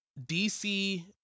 DC